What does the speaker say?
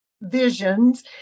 visions